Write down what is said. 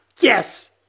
Yes